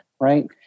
right